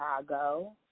Chicago